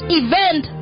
event